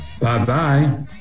Bye-bye